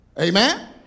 Amen